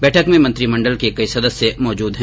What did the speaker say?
बैठक में मंत्रिमंडल के कई सदस्य मौजूद हैं